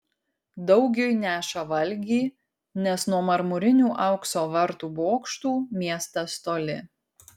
daugiui neša valgį nes nuo marmurinių aukso vartų bokštų miestas toli